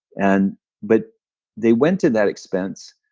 and but they went to that expense